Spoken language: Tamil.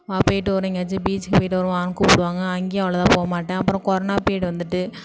வா போயிட்டு வரும் எங்கேயாச்சும் பீச்சுக்கு போயிட்டு வருவோம் வான்னு கூப்பிடுவாங்க அங்கேயும் அவ்ளோதா போகமாட்டேன் அப்புறம் கொரோனா ப்ரீயடு வந்துட்டு